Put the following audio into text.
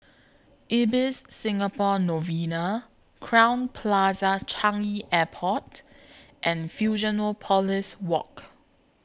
Ibis Singapore Novena Crowne Plaza Changi Airport and Fusionopolis Walk